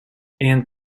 aunt